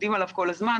עובדים עליו כל הזמן.